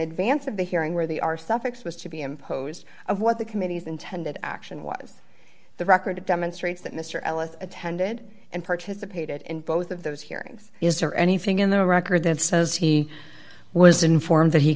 advance of the hearing where the r suffix was to be imposed of what the committee's intended action was the record demonstrates that mr ellis attended and participated in both of those hearings is there anything in the record that says he was informed that he